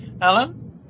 Alan